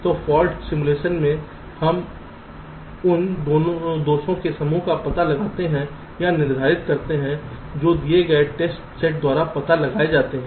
तो fault simulation में हम उन दोषों के समूह का पता लगाते हैं या निर्धारित करते हैं जो दिए गए टेस्ट सेट द्वारा पता लगाए जाते हैं